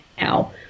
now